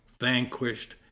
vanquished